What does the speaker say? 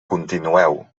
continueu